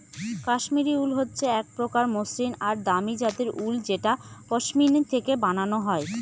Kashmiri wool হচ্ছে এক প্রকার মসৃন আর দামি জাতের উল যেটা পশমিনা থেকে বানানো হয়